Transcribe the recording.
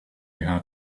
had